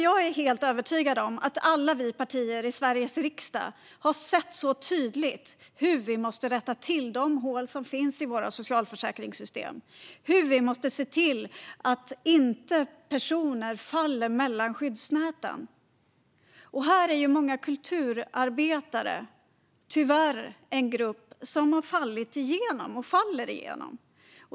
Jag är helt övertygad om att alla partier i Sveriges riksdag har sett tydligt att vi måste rätta till de hål som finns i våra socialförsäkringssystem och att vi måste se till att personer inte faller igenom maskorna i skyddsnäten. Många kulturarbetare utgör tyvärr en grupp som har fallit och faller igenom.